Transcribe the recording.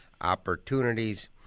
opportunities